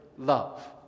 love